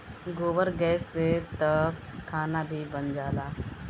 गोबर गैस से तअ खाना भी बन जाला